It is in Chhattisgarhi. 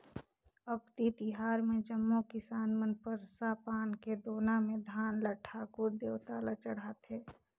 अक्ती तिहार मे जम्मो किसान मन परसा पान के दोना मे धान ल ठाकुर देवता ल चढ़ाथें